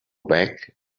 back